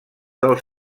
del